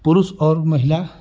पुरुष और महिला